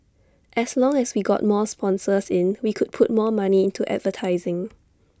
as long as we got more sponsors in we could put more money into advertising